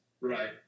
Right